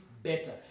better